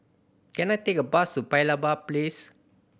can I take a bus to Paya Lebar Place